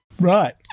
Right